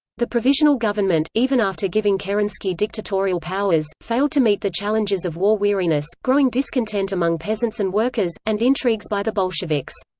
the provisional government, even after giving kerensky dictatorial powers, failed to meet the challenges of war weariness, growing discontent among peasants and workers, and intrigues by the bolsheviks.